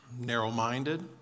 narrow-minded